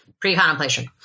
Pre-contemplation